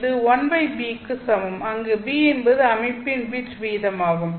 அது 1B க்கு சமம் அங்கு B என்பது அமைப்பின் பிட் வீதமாகும்